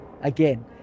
Again